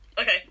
Okay